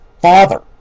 Father